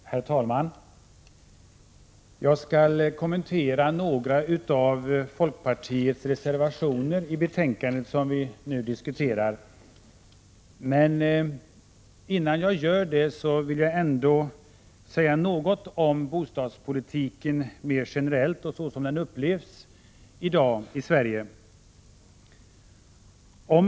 Bostadspolitiken Herr talman! Jag skall kommentera några av folkpartiets reservationer i det betänkande som vi nu diskuterar. Men innan jag gör det vill jag säga något om bostadspolitiken mer generellt och om hur den upplevs i Sverige i dag.